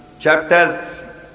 Chapter